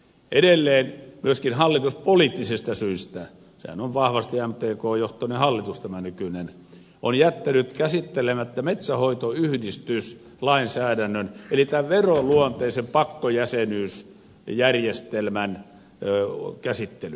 edelleen myöskin hallitus poliittisista syistä tämä nykyinenhän on vahvasti mtk johtoinen hallitus on jättänyt käsittelemättä metsänhoitoyhdistyslainsäädännön eli tämän veroluonteisen pakkojäsenyysjärjestelmän käsittelyn